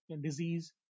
disease